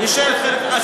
נשארת חלק.